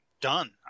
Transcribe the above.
done